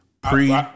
pre